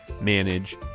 manage